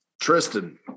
Tristan